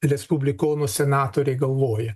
respublikonų senatoriai galvoja